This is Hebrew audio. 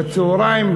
בצהריים,